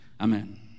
amen